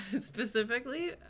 specifically